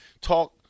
talk